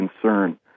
concern